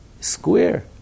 square